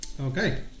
Okay